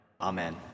Amen